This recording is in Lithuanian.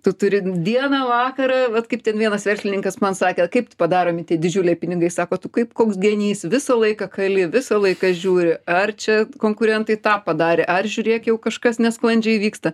tu turi dieną vakarą vat kaip ten vienas verslininkas man sakė kaip padaromi tie didžiuliai pinigai sako tu kaip koks genys visą laiką kali visą laiką žiūri ar čia konkurentai tą padarė ar žiūrėk jau kažkas nesklandžiai vyksta